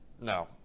No